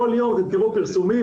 כל יום תראו פרסומים,